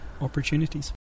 opportunities